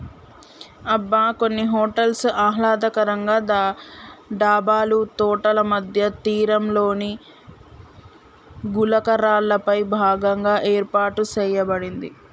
అబ్బ కొన్ని హోటల్స్ ఆహ్లాదకరంగా డాబాలు తోటల మధ్య తీరంలోని గులకరాళ్ళపై భాగంలో ఏర్పాటు సేయబడింది